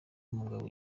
umugabo